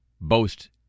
boast